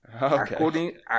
According